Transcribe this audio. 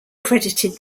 credited